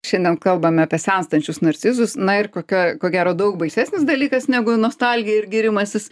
šiandien kalbam apie senstančius narcizus na ir kokia ko gero daug baisesnis dalykas negu nostalgija ir gyrimasis